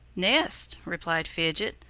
nests, replied fidget.